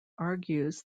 argues